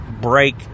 break